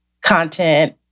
content